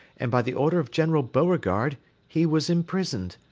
and by the order of general beauregard he was imprisoned.